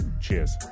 Cheers